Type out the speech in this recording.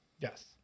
Yes